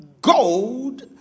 gold